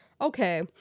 Okay